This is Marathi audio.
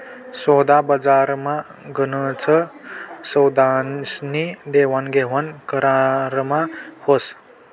सोदाबजारमा गनच सौदास्नी देवाणघेवाण करारमा व्हस